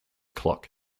clock